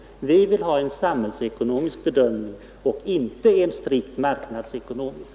Vi vill ha en samhällsekonomisk bedömning och inte en strikt marknadsekonomisk.